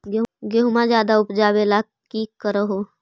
गेहुमा ज्यादा उपजाबे ला की कर हो?